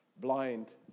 blind